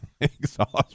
exhaust